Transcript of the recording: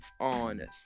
on